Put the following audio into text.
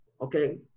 Okay